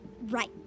Right